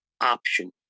option